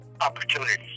opportunities